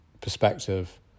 perspective